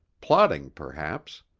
plotting perhaps.